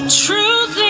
truth